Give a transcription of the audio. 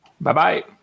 Bye-bye